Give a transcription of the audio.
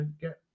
get